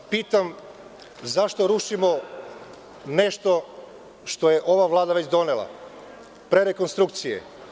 Pitam vas zašto rušimo nešto što je ova Vlada već donela pre rekonstrukcije?